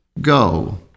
Go